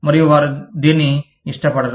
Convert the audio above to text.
మరియు వారు దీన్ని ఇష్టపడరు